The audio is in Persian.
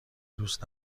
دوست